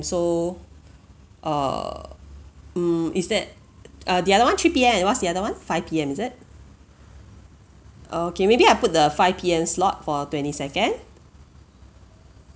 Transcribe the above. so uh mm is that uh the other one three P_M and what's the other one five P_M is it okay maybe I put the five P_M slot for twenty second